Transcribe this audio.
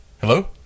Hello